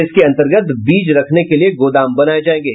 इसके अन्तर्गत बीज रखने के लिए गोदाम बनाये जायेंगे